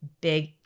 big